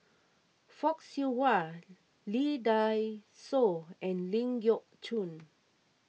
Fock Siew Wah Lee Dai Soh and Ling Geok Choon